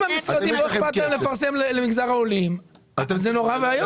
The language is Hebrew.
אם למשרדים לא אכפת לפרסם למגזר העולים זה נורא ואיום.